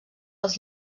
els